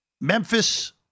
Memphis